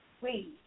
wait